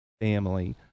family